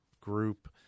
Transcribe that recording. group